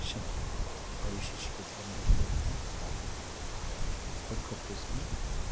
समय है और इस चीज़ को ध्यान में रखते हुए हम ये किताब को ख़रीदारी करते हैं और ख़रीदते समय